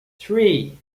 three